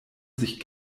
sich